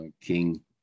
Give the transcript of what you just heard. king